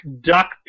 Duck